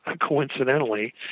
coincidentally